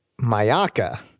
Mayaka